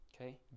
Okay